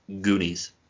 Goonies